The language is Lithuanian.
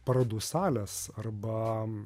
parodų salės arba